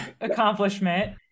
accomplishment